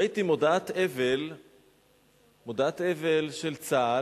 ראיתי מודעת אבל של צה"ל,